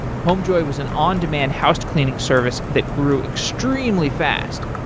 homejoy was an on-demand house cleaning service that grew extremely fast,